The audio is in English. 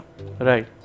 right